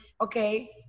okay